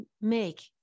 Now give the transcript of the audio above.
make